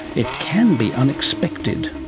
it can be unexpected.